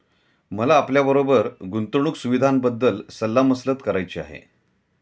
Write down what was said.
मला आपल्याबरोबर गुंतवणुक सुविधांबद्दल सल्ला मसलत करायची आहे